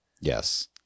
Yes